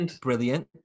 Brilliant